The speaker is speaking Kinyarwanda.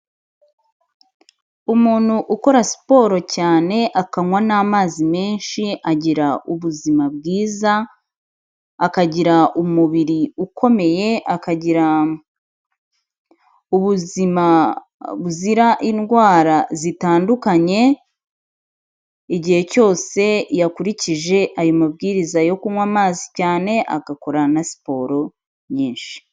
Umuntu ukora siporo cyane akanywa n'amazi menshi agira ubuzima bwiza, akagira umubiri ukomeye, akagira ubuzima buzira indwara zitandukanye, igihe cyose yakurikije ayo mabwiriza yo kunywa amazi cyane agakora na siporo nyinshi.